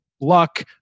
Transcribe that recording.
Luck